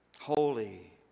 Holy